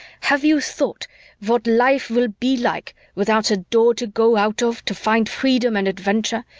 have you thought what life will be like without a door to go out of to find freedom and adventure,